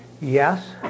Yes